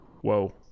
whoa